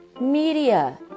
media